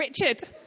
Richard